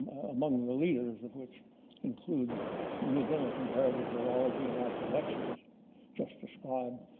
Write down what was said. among the leaders of which include the museum of comparative zoology and our collections just described,